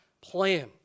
plan